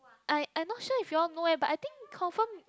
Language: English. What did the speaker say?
I I not sure if you all know eh but I think confirm